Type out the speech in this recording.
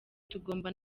tugomba